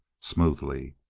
smoothly.